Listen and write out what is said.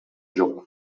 жок